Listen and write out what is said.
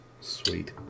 Sweet